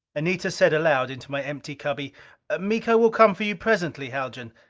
anita said aloud into my empty cubby miko will come for you presently, haljan.